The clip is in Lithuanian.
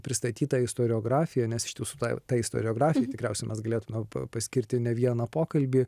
pristatyta istoriografija nes iš tiesų tai istoriografijoje tikriausiai mes galėtume pa paskirti ne vieną pokalbį